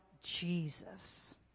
Jesus